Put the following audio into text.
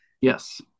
Yes